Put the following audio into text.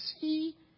see